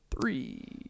three